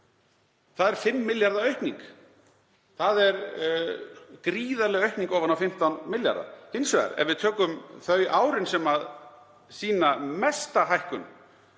Það er 5 milljarða aukning. Það er gríðarleg aukning ofan á 15 milljarða. Hins vegar, ef við tökum þau árin sem sýna mesta hækkun,